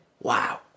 Wow